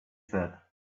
said